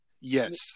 yes